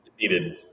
needed